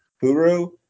Huru